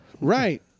right